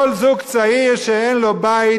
כל זוג צעיר שאין לו בית,